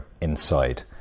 inside